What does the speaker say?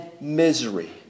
misery